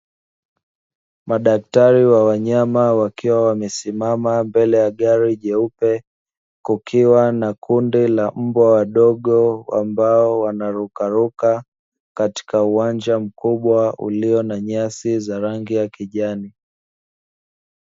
Madaktari wa wanyama wakiwa wamesimama mbele ya gari jeupe, kukiwa na kundi la mbwa wadogo ambao wanarukaruka katika uwanja mkubwa ulio na nyasi za rangi ya kijani.